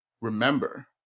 remember